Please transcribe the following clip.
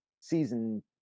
season